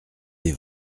des